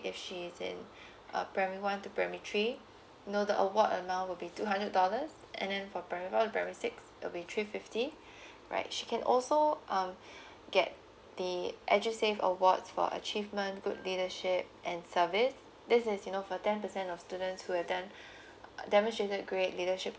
if she's in uh primary one to primary three you know the award amount will be two hundred dollars and then for primary four to primary six it'll be three fifty right she can also um get the edusave awards for achievement good leadership and service this is you know for ten percent of students who have dem~ demonstrated great leadership